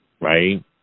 right